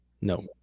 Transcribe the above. No